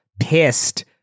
pissed